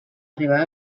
arribar